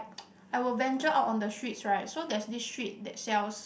I will venture out on the streets right so there's this street that sells